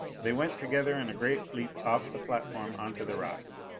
they went together in a great leap off the platform onto the rocks,